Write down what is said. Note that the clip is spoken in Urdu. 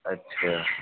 اچھا